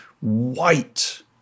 white